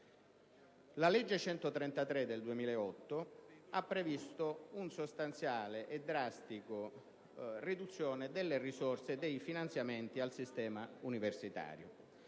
La legge n. 133 del 2008 ha previsto una sostanziale e drastica riduzione delle risorse e dei finanziamenti al sistema universitario,